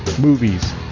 movies